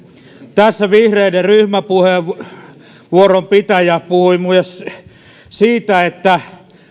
tässä vihreiden ryhmäpuheenvuoron pitäjä puhui myös siitä että